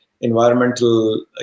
environmental